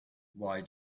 why